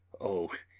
oh,